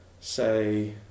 say